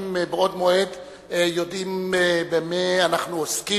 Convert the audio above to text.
בעוד מועד יודעים במה אנחנו עוסקים.